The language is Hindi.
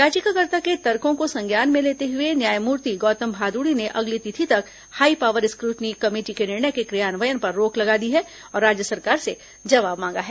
यचिकाकर्ता के तर्को को संज्ञान मे लेते हुए न्यायमूर्ति गौतम भादुड़ी ने अगली तिथि तक हाई पॉवर स्क्रटनी कमेटी के निर्णय के क्रियान्वयन पर रोक लगा दी है और राज्य सरकार से जवाब मांगा है